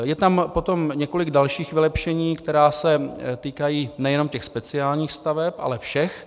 Je tam potom několik dalších vylepšení, která se týkají nejenom těch speciálních staveb, ale všech.